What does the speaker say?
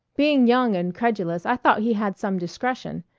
being young and credulous, i thought he had some discretion,